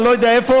אני לא יודע איפה,